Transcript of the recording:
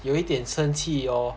有一点生气哦